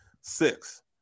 six